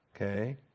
Okay